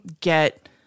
get